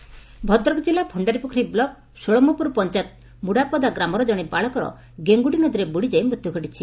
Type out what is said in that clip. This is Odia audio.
ବାଳକ ମୃତ ଭଦ୍ରକ ଜିଲ୍ଲା ଭଣ୍ତାରୀପୋଖରୀ ବ୍ଲକ ଷୋଳମପୁର ପଞ୍ଚାୟତ ମୁଢ଼ାପଦା ଗ୍ରାମର ଜଶେ ବାଳକର ଗେଙ୍ଗୁଟିନଦୀରେ ବୁଡ଼ିଯାଇ ମୃତ୍ୟୁ ଘଟିଛି